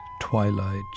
twilight